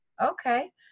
okay